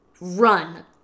Run